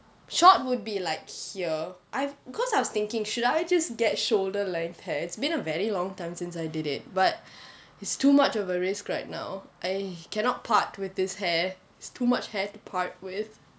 short would be like here I because I was thinking should I just get shoulder length hair it's been a very long time since I did it but it's too much of a risk right now I cannot part with his hair is too much hair to part with